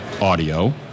audio